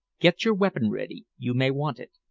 get your weapon ready. you may want it.